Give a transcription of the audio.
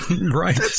right